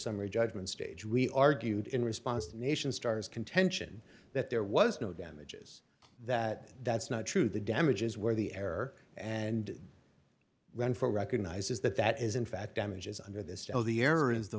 summary judgment stage we argued in response to a nation star's contention that there was no damages that that's not true the damages where the error and run for recognizes that that is in fact damages under this tell the errors the